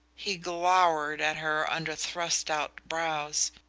he glowered at her under thrust-out brows.